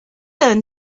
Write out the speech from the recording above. learn